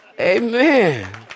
Amen